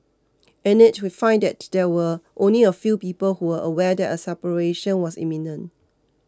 in it we find that there were only a few people who were aware that a separation was imminent